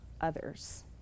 others